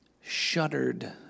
shuddered